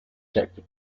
sector